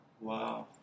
Wow